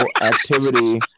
activity